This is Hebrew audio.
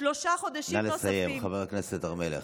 נא לסיים, חברת הכנסת הר מלך.